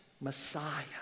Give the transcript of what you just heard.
Messiah